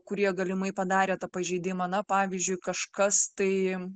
kurie galimai padarė tą pažeidimą na pavyzdžiui kažkas tai